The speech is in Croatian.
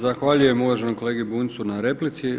Zahvaljujem uvaženom kolegi Bunjcu na replici.